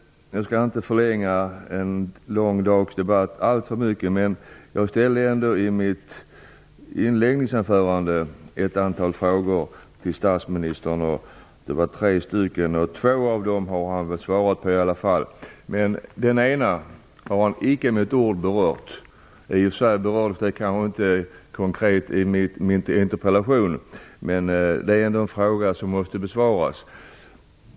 Jag skall inte förlänga en lång dags debatt alltför mycket. Jag ställde i mitt inledningsanförande tre frågor till statsrådet, och två av dem har han svarat på. Den tredje berörde han icke med ett ord. Jag kanske inte ställde den konkret i min interpellation, men det är ändå en fråga som måste besvaras.